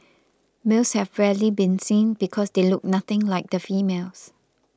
males have rarely been seen because they look nothing like the females